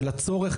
של הצורך,